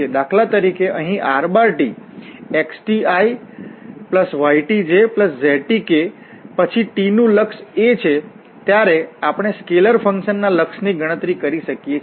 દાખલા તરીકે અહીં rtxtiytjztk પછી t નું લક્ષ a છે ત્યારે આપણે સ્કેલર ફંકશન ના લક્ષ ની ગણતરી કરી શકીએ છીએ